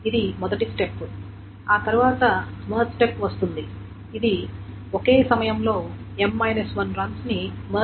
ఇది మొదటి స్టెప్ ఆ తర్వాత మెర్జ్ స్టెప్ వస్తుంది ఇది ఒకే సమయంలో M 1 రన్స్ ని మెర్జ్ చేస్తుంది